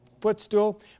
footstool